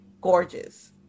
gorgeous